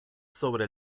sobre